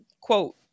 quote